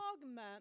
dogma